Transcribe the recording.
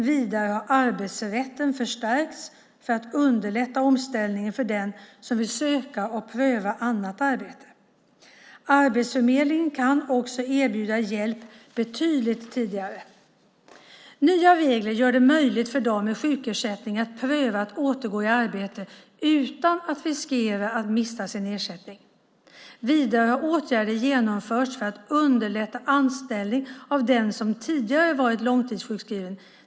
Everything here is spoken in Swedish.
Vidare har arbetsrätten förstärkts för att underlätta omställningen för den som vill söka och pröva annat arbete. Arbetsförmedlingen kan också erbjuda hjälp betydligt tidigare. Nya regler gör det möjligt för dem med sjukersättning att pröva att återgå i arbete utan att riskera att mista sin ersättning. Vidare har åtgärder genomförts för att underlätta anställning av den som tidigare varit långtidssjukskriven.